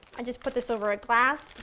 i just put this over a glass,